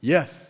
Yes